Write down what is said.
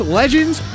legends